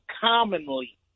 commonly